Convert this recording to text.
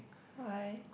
why